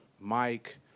Mike